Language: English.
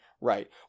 Right